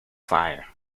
fire